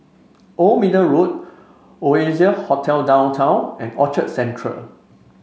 Old Middle Road Oasia Hotel Downtown and Orchard Central